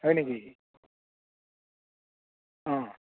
হয় নেকি অ'